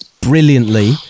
brilliantly